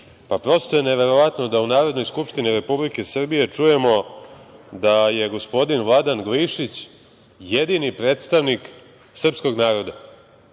je neverovatno da u Narodnoj skupštini Republike Srbije čujemo da je gospodin Vlada Glišić jedini predstavnik srpskog naroda.